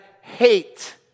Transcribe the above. hate